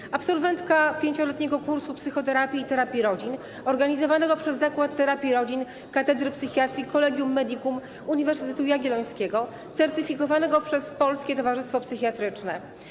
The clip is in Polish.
Jest absolwentką 5-letniego kursu psychoterapii i terapii rodzin organizowanego przez Zakład Terapii Rodzin Katedry Psychiatrii Collegium Medicum Uniwersytetu Jagiellońskiego certyfikowanego przez Polskie Towarzystwo Psychiatryczne.